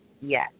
yes